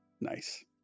Nice